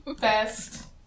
Best